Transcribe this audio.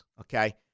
Okay